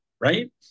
right